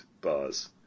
bars